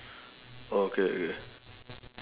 okay K